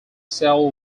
sell